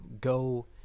go